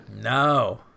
no